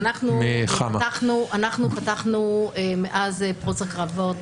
אבל מאז פרוץ הקרבות,